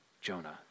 Jonah